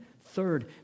Third